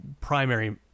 primary